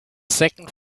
second